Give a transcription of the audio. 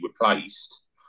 replaced